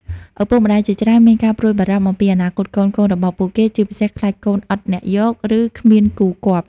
ឪពុកម្តាយជាច្រើនមានការព្រួយបារម្ភអំពីអនាគតកូនៗរបស់ពួកគេ ជាពិសេសខ្លាចកូន អត់អ្នកយក ឬ គ្មានគូគាប់ ។